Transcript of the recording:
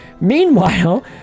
Meanwhile